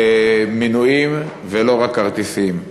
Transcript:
מינויים ולא רק כרטיסים.